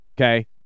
Okay